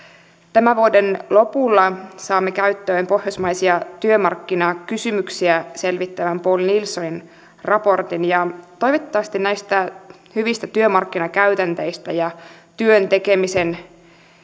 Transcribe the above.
tämän vuoden lopulla saamme käyttöön pohjoismaisia työmarkkinakysymyksiä selvittävän poul nielsonin raportin ja toivottavasti näistä hyvistä työmarkkinakäytänteistä ja työn tekemisen